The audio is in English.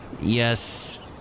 Yes